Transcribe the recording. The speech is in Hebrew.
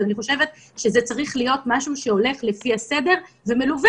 אבל אני חושבת שזה צריך להיות משהו שהולך לפי הסדר ומלווה